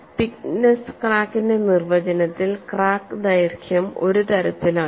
thickness ക്രാക്കിന്റെ നിർവചനത്തിൽ crack ദൈർഘ്യം ഒരു തരത്തിലാണ്